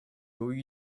由于